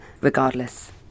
regardless